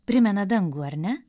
primena dangų ar ne